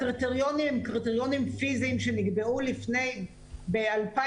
הקריטריונים הם קריטריונים פיזיים שנקבעו ב-2004.